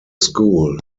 school